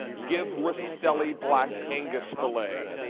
give rastelli black angus filet.